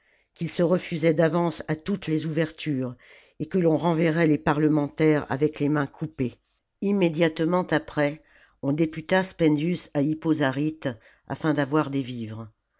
qu'ils se refusaient d'avance à toutes les ouvertures et que l'on renverrait les parlementaires avec les mains coupées immédiatement après on députa spendius à y aute afin d'avoir des vivres